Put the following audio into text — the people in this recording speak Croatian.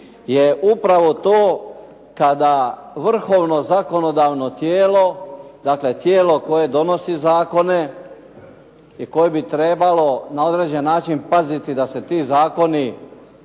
je upravo to kada vrhovno zakonodavno tijelo, dakle tijelo koje donosi zakone i koje bi trebalo na određeni način paziti da se ti zakoni